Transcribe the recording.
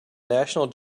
national